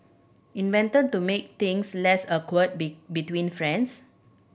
invented to make things less awkward be between friends